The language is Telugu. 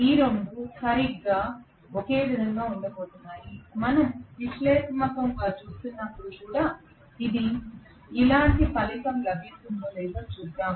ఈ రెండూ సరిగ్గా ఒకే విధంగా ఉండబోతున్నాయి మనం విశ్లేషణాత్మకంగా చేస్తున్నప్పుడు కూడా ఇలాంటి ఫలితం లభిస్తుందో లేదో చూద్దాం